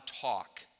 talk